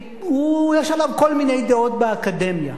יש עליו כל מיני דעות באקדמיה.